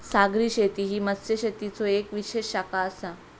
सागरी शेती ही मत्स्यशेतीचो येक विशेष शाखा आसा